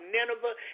Nineveh